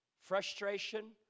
Frustration